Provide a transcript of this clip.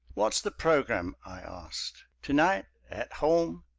what's the program? i asked. to-night, at home,